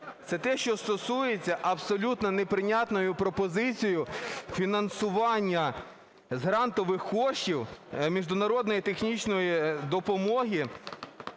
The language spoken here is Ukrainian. це те, що стосується абсолютно неприйнятною пропозицією фінансування з грантових коштів міжнародної технічної допомоги